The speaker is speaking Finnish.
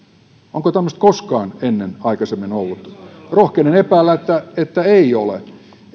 onko tämmöistä koskaan aikaisemmin ollut rohkenen epäillä että että ei ole